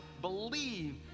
believe